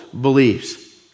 believes